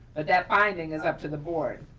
but that finding is up to the board.